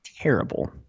terrible